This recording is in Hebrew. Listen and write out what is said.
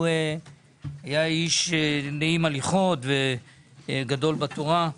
הוא היה איש נעים הליכות וגדול בתורה.